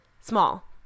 small